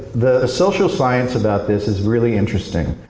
the social science about this is really interesting.